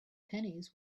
pennies